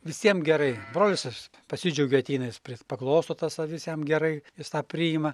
visiem gerai brolis pasidžiaugia ateina jis paklauso tas avis jam gerai jis tą priima